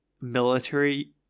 military